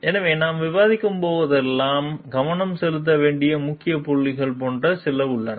எனவே நாம் விவாதிக்கும் போதெல்லாம் கவனம் செலுத்த வேண்டிய முக்கிய புள்ளிகள் போன்ற சில உள்ளன